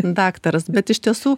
daktaras bet iš tiesų